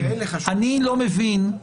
אני לא מבין.